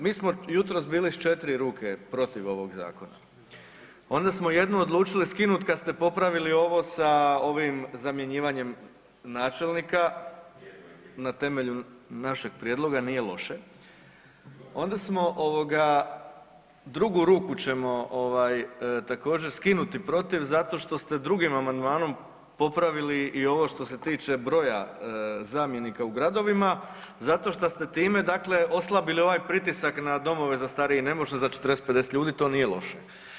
Mi smo jutros bili s četiri ruke bili protiv ovog zakona, onda smo jednu odlučili skinut kad ste popravili ovo sa ovim zamjenjivanjem načelnika na temelju našeg prijedloga, nije loše, onda smo drugu ćemo također skinuti protiv zato što ste 2. amandmanom popravili i ovo što se tiče broja zamjenika u gradovima, zato što ste time oslabili ovaj pritisak na domove za starije i nemoćne za 40, 50 ljudi to nije loše.